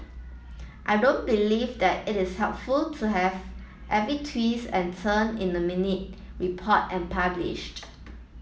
I don't believe that it is helpful to have every twist and turn in the minute reported and published